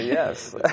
yes